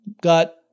got